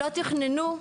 לא תכננו,